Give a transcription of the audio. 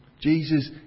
Jesus